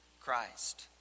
Christ